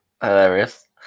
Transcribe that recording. Hilarious